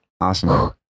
Awesome